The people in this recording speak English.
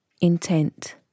Intent